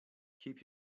keep